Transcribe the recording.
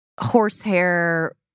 horsehair